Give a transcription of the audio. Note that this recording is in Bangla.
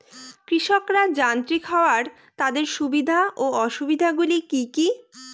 কৃষকরা যান্ত্রিক হওয়ার তাদের সুবিধা ও অসুবিধা গুলি কি কি?